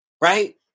right